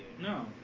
No